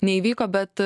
neįvyko bet